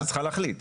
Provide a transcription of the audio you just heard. את צריכה להחליט.